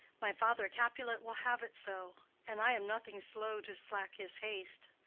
my father capulet will have it so, and i am nothing slow to slack his haste.